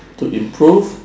to improve